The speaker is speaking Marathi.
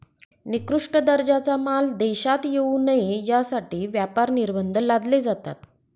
निकृष्ट दर्जाचा माल देशात येऊ नये यासाठी व्यापार निर्बंध लादले जातात